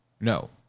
no